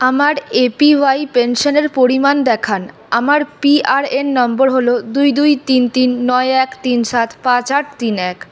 আমার এপিওয়াই পেনশনের পরিমাণ দেখান আমার পিআরএন নম্বর হল দুই দুই তিন তিন নয় এক তিন সাত পাঁচ আট তিন এক